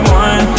one